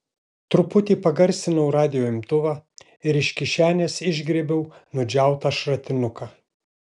truputį pagarsinau radijo imtuvą ir iš kišenės išgriebiau nudžiautą šratinuką